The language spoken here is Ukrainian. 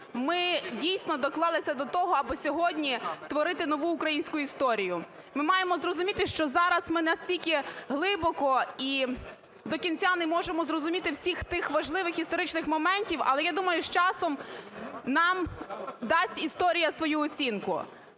ми, дійсно, доклалися до того, аби сьогодні творити нову українську історію. Ми маємо зрозуміти, що зараз ми настільки глибоко і до кінця не можемо зрозуміти всіх тих важливих історичних моментів, але, я думаю, з часом нам дасть історія свою оцінку.